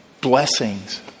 blessings